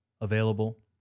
available